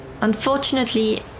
Unfortunately